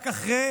רק אחרי